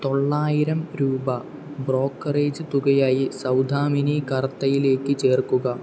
തൊള്ളായിരം രൂപ ബ്രോക്കറേജ് തുകയായി സൗദാമിനി കർത്തയിലേക്ക് ചേർക്കുക